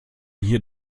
hier